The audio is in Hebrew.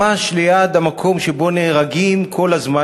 ממש ליד המקום שבו נהרגים כל הזמן,